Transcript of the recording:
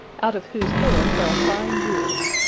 out of whose hair fell fine jewels.